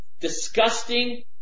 disgusting